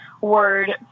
word